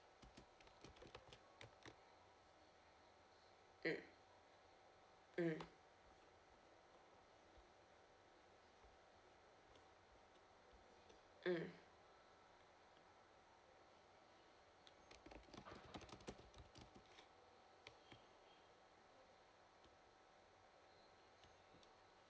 mm mm mm